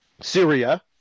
Syria